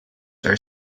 are